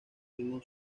ningún